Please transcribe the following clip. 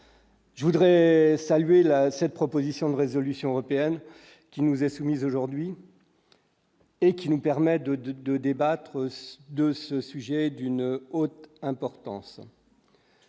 je voudrais saluer la cette proposition de résolution européenne qui nous est soumise aujourd'hui. Et qui nous permet de, de, de débattre de ce sujet d'une haute importance.